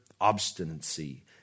obstinacy